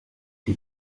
die